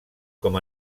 com